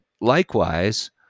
likewise